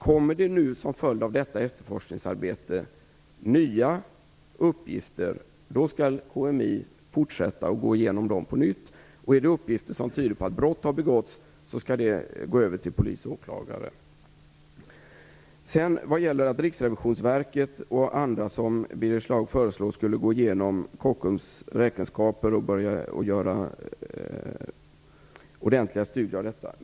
Kommer det nu som följd av detta efterforskningsarbete nya uppgifter skall KMI fortsätta och gå igenom dem. Är det uppgifter som tyder på att brott har begåtts skall de gå över till polis och åklagare. Birger Schlaug föreslår att Riksrevisionsverket och andra skall gå igenom Kockums räkenskaper och göra ordentliga studier av dem.